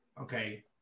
Okay